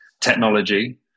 technology